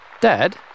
Dad